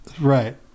Right